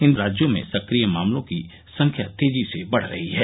इन राज्यों में सक्रिय मामलों की संख्या तेजी से बढ़ी है